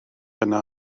yna